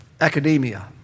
Academia